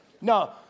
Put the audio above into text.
No